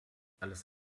alles